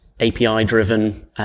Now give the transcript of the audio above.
API-driven